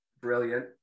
Brilliant